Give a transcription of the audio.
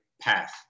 path